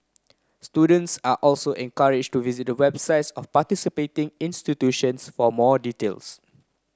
students are also encourage to visit the websites of participating institutions for more details